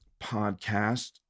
podcast